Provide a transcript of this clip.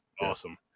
awesome